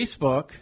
Facebook